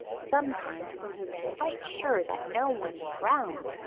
sometimes, when he was quite sure that no one was around,